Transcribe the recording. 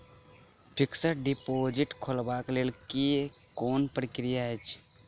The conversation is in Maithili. फिक्स्ड डिपोजिट खोलबाक लेल केँ कुन प्रक्रिया अछि?